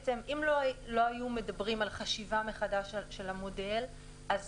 אם לא היו מדברים על חשיבה מחדש של המודל אז